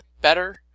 better